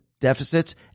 deficits